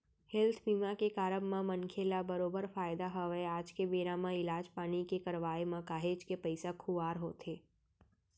health बीमा के कारब म मनखे ल बरोबर फायदा हवय आज के बेरा म इलाज पानी के करवाय म काहेच के पइसा खुवार होथे